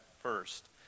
first